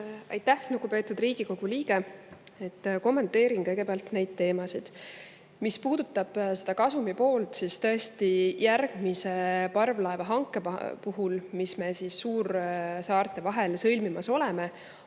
Aitäh, lugupeetud Riigikogu liige! Kommenteerin kõigepealt neid teemasid. Mis puudutab kasumit, siis tõesti, järgmise parvlaevahanke puhul, mis me suursaarte vahel sõlmimas oleme,